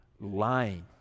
lying